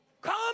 Come